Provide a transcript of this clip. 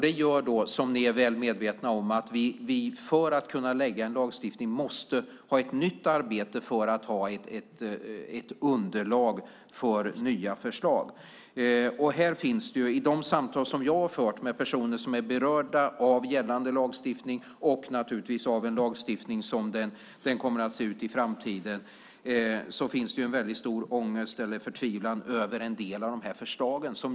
Det gör, som ni är väl medvetna om, att vi för att kunna göra en lagstiftning måste ha ett nytt arbete för att ha ett underlag för nya förslag. I de samtal som jag har fört med personer som är berörda av gällande lagstiftning och av en lagstiftning som den kommer att se ut i framtiden har det funnits en stor ångest och förtvivlan över en del av förslagen.